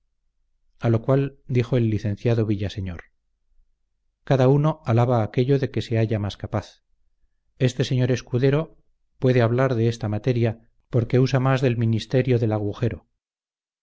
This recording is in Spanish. a lo cual dijo el licenciado villaseñor cada uno alaba aquello de que se halla más capaz este señor escudero puede hablar de esta materia porque usa más del ministerio del agujero